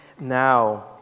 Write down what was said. now